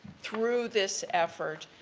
through this effort,